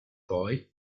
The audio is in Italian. poi